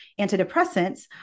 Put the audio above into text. antidepressants